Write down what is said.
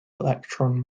electron